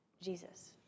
Jesus